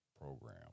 program